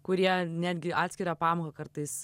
kurie netgi atskirą pamoką kartais